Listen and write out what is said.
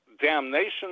Damnation